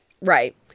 Right